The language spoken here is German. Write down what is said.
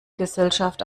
gesellschaft